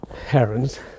herons